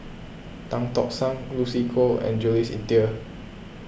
Tan Tock San Lucy Koh and Jules Itier